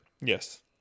Yes